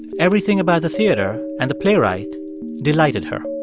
everything about the theater and the playwright delighted her